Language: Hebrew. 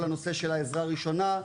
כל הנושא של עזרה ראשונה,